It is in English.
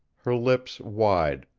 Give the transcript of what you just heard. her lips wide,